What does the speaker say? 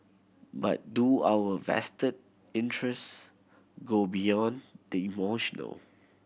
but do our vested interest go beyond the emotional